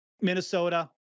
Minnesota